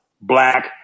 black